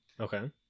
Okay